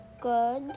good